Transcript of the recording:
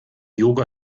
yoga